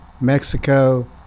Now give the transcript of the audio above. Mexico